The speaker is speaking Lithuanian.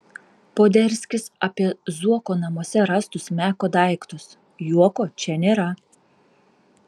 poderskis apie zuoko namuose rastus meko daiktus juoko čia nėra